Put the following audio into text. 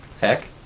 Heck